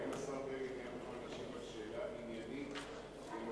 האם השר בגין יהיה מוכן להשיב על שאלה עניינית בנושא